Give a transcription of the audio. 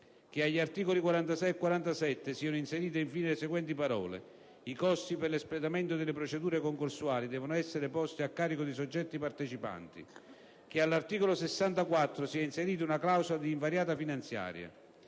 che agli articoli 46 e 47, siano inserite infine le seguenti parole: "I costi per l'espletamento delle procedure concorsuali devono essere posti a carico dei soggetti partecipanti."; - che all'articolo 64 sia inserita una clausola di invarianza finanziaria;